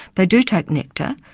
they do take nectar,